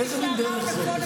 איזה מין דבר זה?